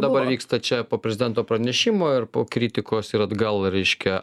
dabar vyksta čia po prezidento pranešimo ir po kritikos ir atgal reiškia